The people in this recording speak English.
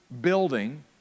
building